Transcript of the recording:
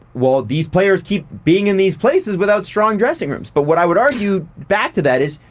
well these players keep being in these places without strong dressing rooms but, what i would argue back to that is,